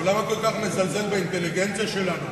אבל למה כל כך לזלזל באינטליגנציה שלנו?